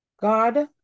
God